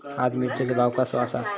आज मिरचेचो भाव कसो आसा?